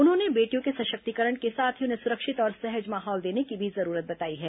उन्होंने बेटियों के सशक्तिकरण के साथ ही उन्हें सुरक्षित और सहज माहौल देने की भी जरूरत बताई है